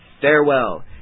farewell